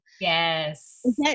yes